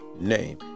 name